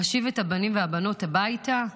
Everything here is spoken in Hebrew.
להשיב את הבנים והבנות הביתה?